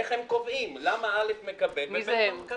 איך הם קובעים, למה א' מקבל ו-ב' לא מקבל.